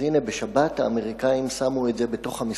אז הנה, בשבת שמו האמריקנים את זה בתוך המשחק.